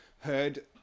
heard